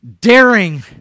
daring